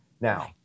Now